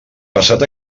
passat